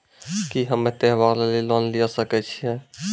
की हम्मय त्योहार लेली लोन लिये सकय छियै?